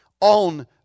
On